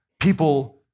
people